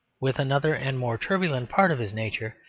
with another and more turbulent part of his nature,